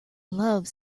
love